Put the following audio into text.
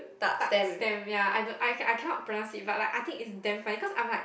tak stamp ya I don't I I cannot pronounce it but like I think it's damn funny cause I'm like